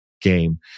game